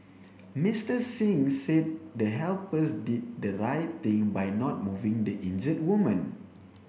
Mister Singh said the helpers did the right thing by not moving the injured woman